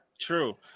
True